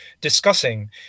discussing